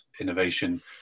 innovation